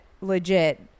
legit